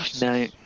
no